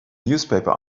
newspaper